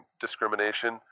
discrimination